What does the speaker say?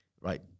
Right